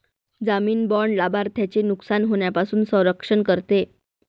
जामीन बाँड लाभार्थ्याचे नुकसान होण्यापासून संरक्षण करते